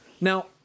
Now